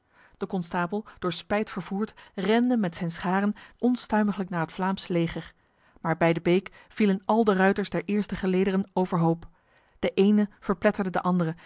de konstabel door spijt vervoerd rende met zijn scharen onstuimiglijk naar het vlaams leger maar bij de beek vielen al de ruiters der eerste gelederen overhoop de ene verpletterde de andere